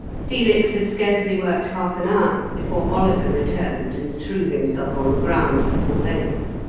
felix had scarcely worked half an hour before oliver returned and threw himself on the ground at full length.